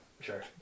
Sure